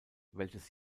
welches